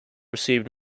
received